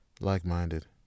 like-minded